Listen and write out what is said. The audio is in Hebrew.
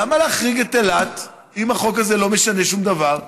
למה להחריג את אילת אם החוק הזה לא משנה שום דבר?